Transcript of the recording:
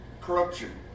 corruption